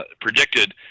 predicted